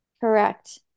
Correct